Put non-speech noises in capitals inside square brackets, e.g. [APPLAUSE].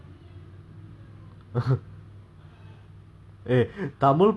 tamil பாட்டு:paattu drums leh போட முடியுமா:poda mudiyumaa [LAUGHS]